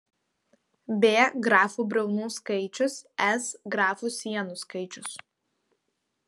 b grafų briaunų skaičius s grafų sienų skaičius